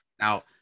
Now